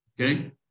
Okay